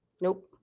Nope